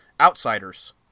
Outsiders